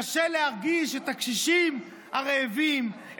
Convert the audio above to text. קשה להרגיש את הקשישים הרעבים,